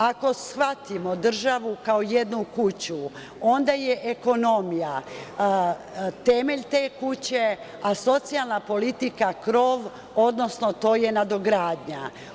Ako shvatimo državu kao jednu kuću, onda je ekonomija temelj te kuće, a socijalna politika krov, odnosno to je nadogradnja.